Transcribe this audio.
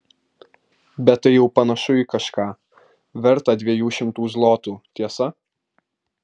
bet tai jau panašu į kažką vertą dviejų šimtų zlotų tiesa